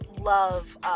love